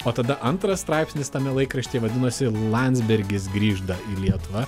o tada antras straipsnis tame laikraštyje vadinosi landsbergis grįžda į lietuvą